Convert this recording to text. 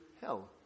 hell